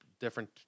different